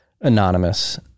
anonymous